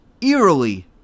eerily